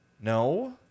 no